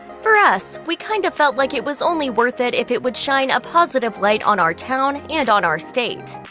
for us, we kind of felt like it was only worth it if it would shine a positive light on our town and on our state.